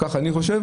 ככה אני חושב.